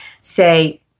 say